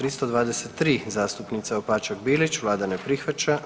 323. zastupnice Opačak Bilić, vlada ne prihvaća.